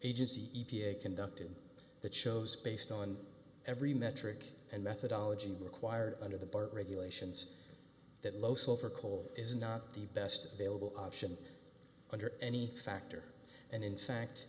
agency e p a conducted that shows based on every metric and methodology required under the bar regulations that low sulfur coal is not the best available option under any factor and in fact